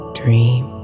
dream